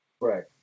Right